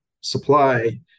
supply